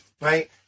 right